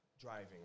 driving